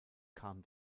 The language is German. kam